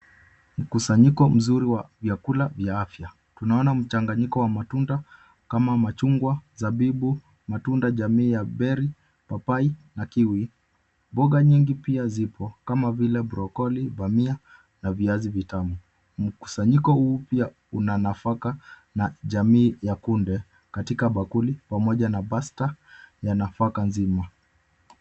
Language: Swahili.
Mkusanyiko mzuri wa vyakula vya afya, tunaona mchanganyiko wa matunda kama machungwa, zabibu, matunda jamii ya beri, papai na kiwi. Mboga nyingi pia zipo kama vile brokolo, dania na viazi vitamu. Mkusanyiko huu pia una nafaka na jamii ya kunde katika bakuli pamoja na pasta ya nafaka nzima.